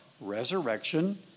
resurrection